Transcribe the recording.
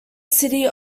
city